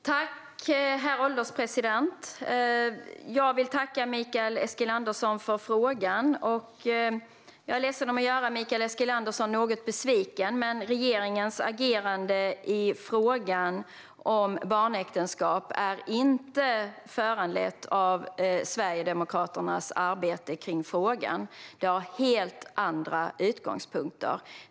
Herr ålderspresident! Jag vill tacka Mikael Eskilandersson för frågan. Jag är ledsen att göra Mikael Eskilandersson något besviken, men regeringens agerande i frågan om barnäktenskap är inte föranlett av Sverigedemokraternas arbete i frågan. Det har andra utgångspunkter.